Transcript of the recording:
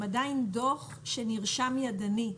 הם עדיין דוח שנרשם ידנית.